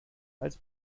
als